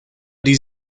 die